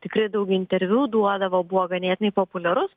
tikrai daug interviu duodavo buvo ganėtinai populiarus